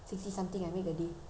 times five days